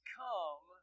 come